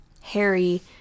harry